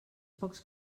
pocs